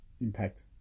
impact